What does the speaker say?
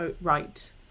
Right